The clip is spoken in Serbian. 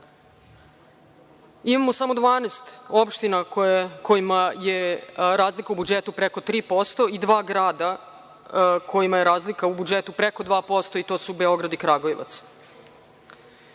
Imamo samo 12 opština kojima je razlika u budžetu preko 3% i dva grada kojima je razlika u budžetu preko 2%, a to su Beograd i Kragujevac.